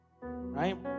right